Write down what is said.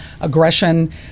aggression